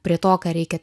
prie to ką reikia